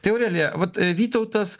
tai aurelija vat vytautas